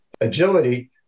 agility